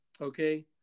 Okay